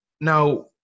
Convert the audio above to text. Now